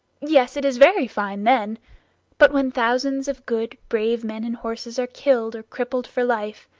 yes, it is very fine then but when thousands of good brave men and horses are killed or crippled for life,